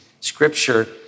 scripture